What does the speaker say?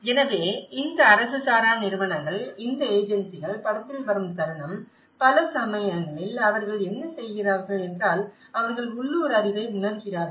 எனவே இந்த அரசு சாரா நிறுவனங்கள் இந்த ஏஜென்சிகள் படத்தில் வரும் தருணம் பல சமயங்களில் அவர்கள் என்ன செய்கிறார்கள் என்றால் அவர்கள் உள்ளூர் அறிவை உணர்கிறார்கள்